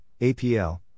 APL